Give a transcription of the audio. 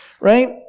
right